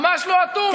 ממש לא אטום.